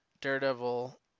Daredevil